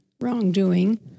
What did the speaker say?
wrongdoing